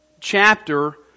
chapter